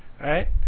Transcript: right